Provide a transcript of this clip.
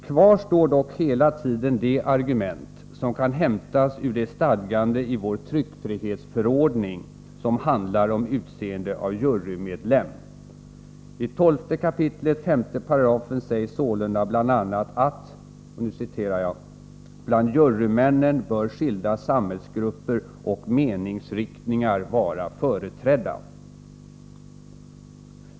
Kvar står dock hela tiden det argument som kan hämtas ur det stadgande i vår tryckfrihetsförordning som handlar om utseende av jurymedlem. I 12 kap. 5§ sägs sålunda bl.a. att ”bland jurymännen bör skilda samhällsgrupper och meningsriktningar vara företrädda”.